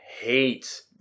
hate